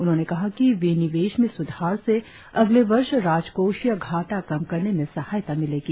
उन्होंने कहा कि विनिवेश में सुधार से अगले वर्ष राजकोषीय घाटा कम करने में सहायता मिलेगी